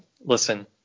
Listen